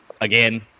again